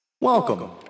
Welcome